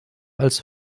als